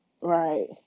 Right